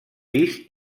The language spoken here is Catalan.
pis